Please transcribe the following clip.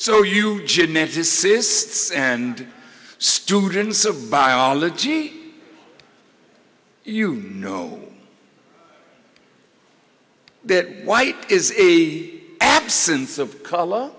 so you geneticists and students of biology you know that white is the absence of a la